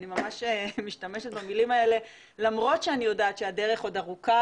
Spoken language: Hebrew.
אני ממש משתמשת במלים האלה למרות שאני יודעת שהדרך עוד ארוכה